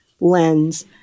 lens